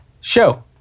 show